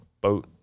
boat